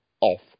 off